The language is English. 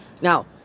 now